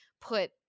put